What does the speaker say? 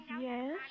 Yes